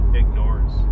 ignores